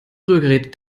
rührgerät